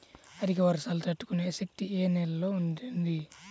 అధిక వర్షాలు తట్టుకునే శక్తి ఏ నేలలో ఉంటుంది?